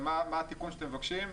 מה התיקון שאתם מבקשים,